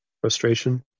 frustration